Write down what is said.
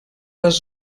les